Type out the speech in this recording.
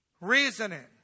reasoning